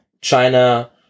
China